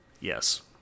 Yes